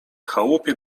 chałupie